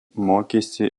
mokėsi